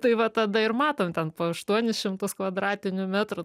tai va tada ir matom ten po aštuonis šimtus kvadratinių metrų